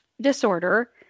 disorder